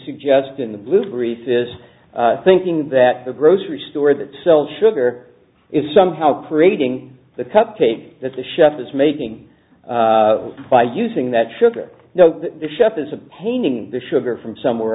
suggest in the blue brief is thinking that the grocery store that sells sugar is somehow creating the cupcake that the chef is making by using that sugar no the chef is a painting the sugar from somewhere